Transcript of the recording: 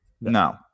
no